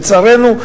לצערנו,